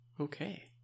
Okay